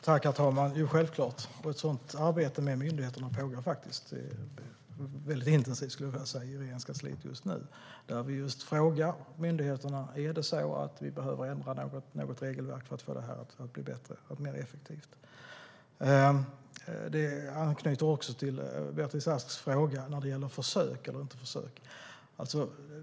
Herr talman! Jo, självklart, och ett sådant arbete med myndigheterna pågår just nu väldigt intensivt i Regeringskansliet där vi frågar myndigheterna: Är det så att vi behöver ändra något regelverk för att få det här att bli bättre och mer effektivt? Det anknyter till Beatrice Asks fråga när det gäller försök eller inte försök.